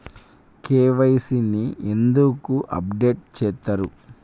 KYC ని ఎందుకు update చేత్తరు?